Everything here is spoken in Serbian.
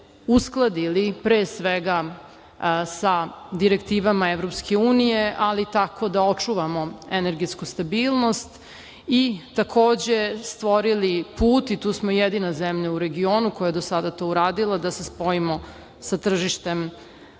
uskladili sa direktivama EU, ali tako da očuvamo energetsku stabilnost i stvorili put, i tu smo jedina zemlja u regionu koja je do sada to uradila, da se spojimo sa tržištem